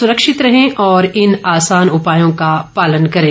सुरक्षित रहें और इन आसान उपायों का पालन करें